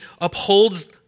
upholds